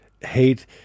hate